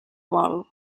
vol